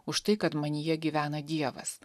už tai kad manyje gyvena dievas